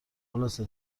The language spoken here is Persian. خلاصه